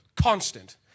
Constant